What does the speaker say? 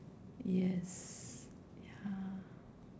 yes ya